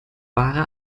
ware